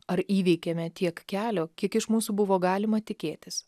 ar įveikėme tiek kelio kiek iš mūsų buvo galima tikėtis